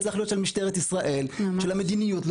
צריך להיות של משטרת ישראל, של המדיניות.